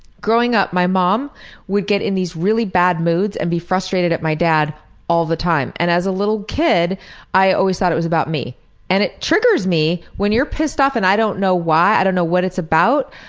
growing up my mom would get in these really bad moods and be frustrated at my dad all the time. and as a little kid i always thought it was about me and it triggers me when you're pissed off and i don't know why, i don't know what it's about.